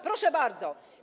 Proszę bardzo.